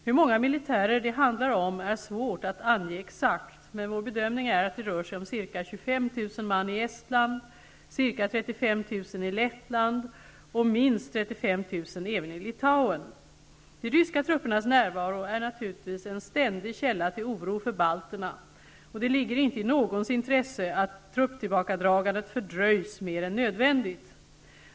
Hur många militärer det handlar om är svårt att ange exakt, men vår bedömning är att det rör sig om ca 25 000 man i Estland, ca 35 000 i Lettland och minst 35 000 även i Litauen. De ryska truppernas närvaro är naturligtvis en ständig källa till oro för balterna, och det ligger inte i någons intresse att trupptillbakadragandet fördröjs mer än nödvändigt.